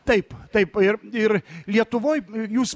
taip taip ir ir lietuvoj jūs